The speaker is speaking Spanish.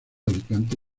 alicante